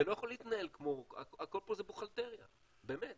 זה לא יכול להתנהל כמו הכול פה זה בוכהלטריה באמת,